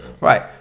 right